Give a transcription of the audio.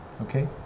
Okay